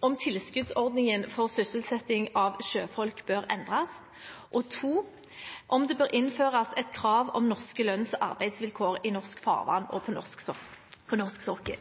om tilskuddsordningen for sysselsettingen av sjøfolk bør endres om det bør innføres et krav om norske lønns- og arbeidsvilkår i norsk farvann og på norsk sokkel